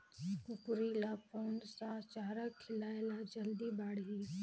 कूकरी ल कोन सा चारा खिलाय ल जल्दी बाड़ही?